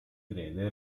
crede